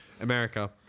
America